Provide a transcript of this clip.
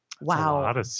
wow